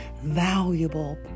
valuable